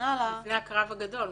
-- לפני הקרב הגדול.